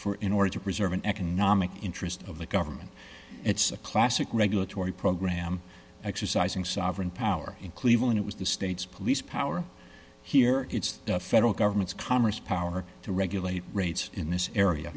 for in order to preserve an economic interest of the government it's a classic regulatory program exercising sovereign power in cleveland it was the state's police power here it's the federal government's commerce power to regulate rates in this area